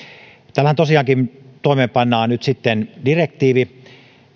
tällähän tosiaankin toimeenpannaan nyt sitten direktiivi